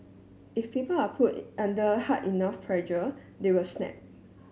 if people are put under hard enough pressure they will snap